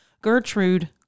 gertrude